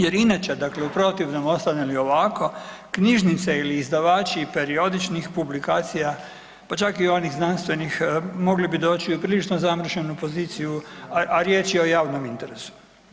Jer inače, dakle u protivnom ostane li ovako knjižnice ili izdavači periodičnih publikacija, pa čak i onih znanstvenih mogli bi doći u prilično zamršenu poziciju, a riječ je o javnom interesu.